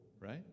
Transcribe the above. right